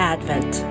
Advent